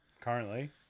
currently